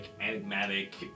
enigmatic